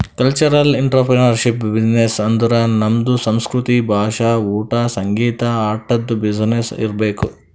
cultural entrepreneurship business ಅಂದುರ್ ನಮ್ದು ಸಂಸ್ಕೃತಿ, ಭಾಷಾ, ಊಟಾ, ಸಂಗೀತ, ಆಟದು ಬಿಸಿನ್ನೆಸ್ ಇರ್ಬೇಕ್